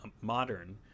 modern